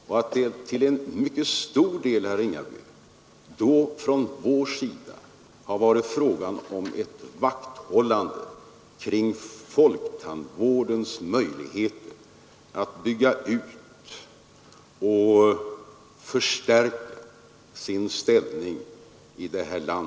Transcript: Vi har då till mycket stor del, herr Ringaby, känt oss föranlåtna till ett vakthållande kring folktandvårdens möjligheter att bygga ut och förstärka sin ställning i vårt land.